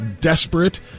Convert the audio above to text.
desperate